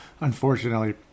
Unfortunately